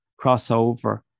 crossover